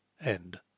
End